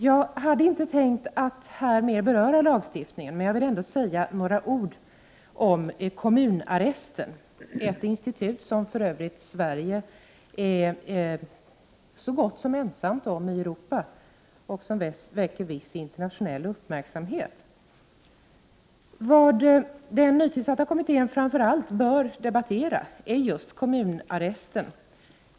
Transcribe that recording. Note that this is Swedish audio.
Jag hade inte tänkt att här mer beröra lagstiftningen, men jag vill ändå säga några ord om kommunarresten, ett institut som för övrigt Sverige är så gott som ensamt om i Europa och som väcker viss internationell uppmärksamhet. Vad den nytillsatta kommittén framför allt bör debattera är kommunarresten.